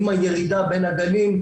עם הירידה בין הגלים,